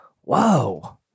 whoa